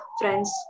friends